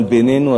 אבל בינינו,